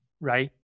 Right